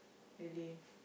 really